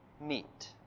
meet